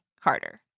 harder